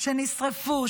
שנשרפו,